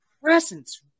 presence